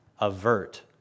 avert